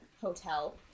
hotel